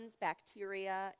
bacteria